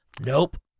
Nope